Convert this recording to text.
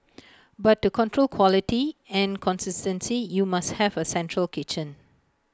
but to control quality and consistency you must have A central kitchen